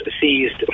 seized